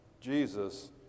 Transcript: Jesus